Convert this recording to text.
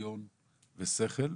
היגיון ושכל,